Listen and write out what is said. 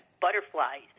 butterflies